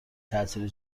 تاثیر